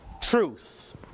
truth